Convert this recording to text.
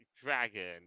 dragon